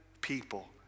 people